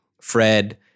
Fred